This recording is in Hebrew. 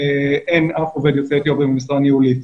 אין אף עובד יוצא אתיופיה במשרה ניהולית.